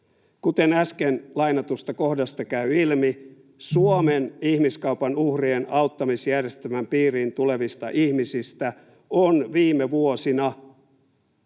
Kuten äsken lainatusta kohdasta käy ilmi, Suomen ihmiskaupan uhrien auttamisjärjestelmän piiriin tulevista ihmisistä on viime vuosina